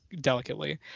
delicately